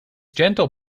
gentle